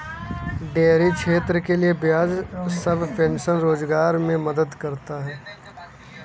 dairy क्षेत्र के लिये ब्याज सबवेंशन रोजगार मे मदद करता है